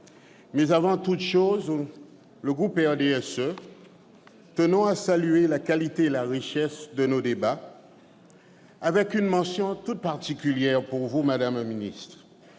Avant toute chose, le groupe du RDSE tient à saluer la qualité et la richesse de nos débats, avec une mention toute particulière pour vous, madame la ministre.